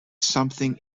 something